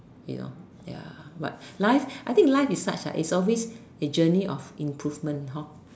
you know ya but life I think life is such like it's always a journey of improvement hor